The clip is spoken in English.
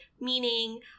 meaning